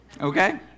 Okay